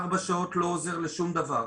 ארבע שעות לא עוזר לשום דבר,